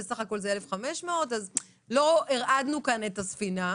ובסך הכל זה 1,500 - אז לא הרעדנו כאן את הספינה,